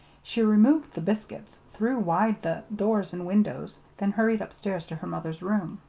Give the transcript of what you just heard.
she removed the biscuits, threw wide the doors and windows, then hurried upstairs to her mother's room.